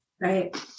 right